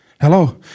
Hello